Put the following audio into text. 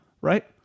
Right